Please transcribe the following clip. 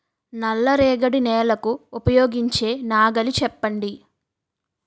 నల్ల రేగడి నెలకు ఉపయోగించే నాగలి చెప్పండి?